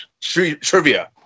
trivia